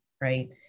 right